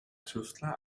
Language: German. tüftler